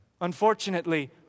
Unfortunately